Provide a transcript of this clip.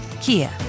Kia